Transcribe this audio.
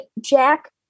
jack